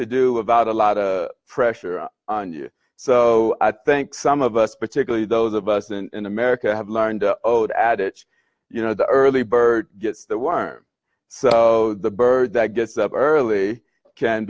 to do about a lot of pressure on you so i think some of us particularly those of us and america have learned the adage you know the early bird gets the worm so the bird that gets up early can